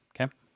Okay